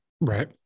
Right